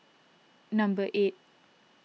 number eight